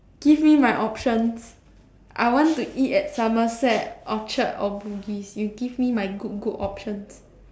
give me my options I want to eat at Somerset Orchard or Bugis you give me my good good options